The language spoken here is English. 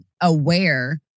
aware